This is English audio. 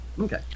okay